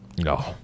No